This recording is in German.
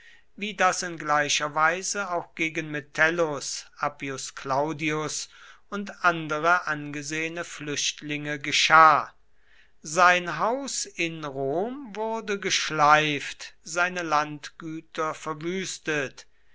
wie das in gleicher weise auch gegen metellus appius claudius und andere angesehene flüchtlinge geschah sein haus in rom wurde geschleift seine landgüter verwüstet